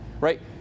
right